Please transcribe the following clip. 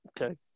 Okay